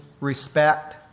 respect